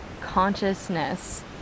consciousness